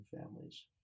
families